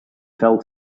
fell